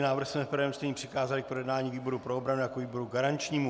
Návrh jsme v prvém čtení přikázali k projednání výboru pro obranu jako výboru garančnímu.